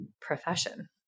profession